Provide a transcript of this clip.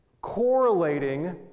correlating